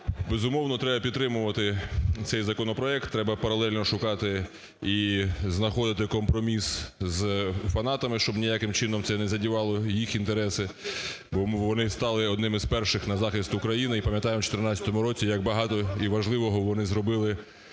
Безумовно, треба підтримувати цей законопроект. Треба паралельно шукати і знаходити компроміс з фанатами, щоб ніяким чином це не задівало їх інтереси, бо вони стали одними з перших на захист України. І пам'ятаємо, в 14 році як багато і важливого вони зробили